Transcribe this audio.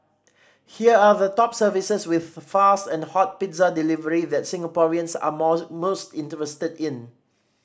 here are the top services with fast and hot pizza delivery that Singaporeans are more most interested in